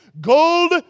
gold